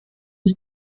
des